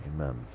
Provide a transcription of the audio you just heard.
Amen